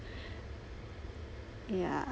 yeah